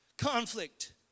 Conflict